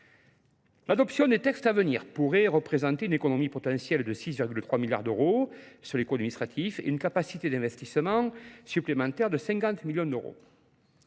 L'adoption des textes à venir pourrait représenter une économie potentielle de 6,3 milliards d'euros sur l'éco-administratif et une capacité d'investissement supplémentaire de 50 millions d'euros.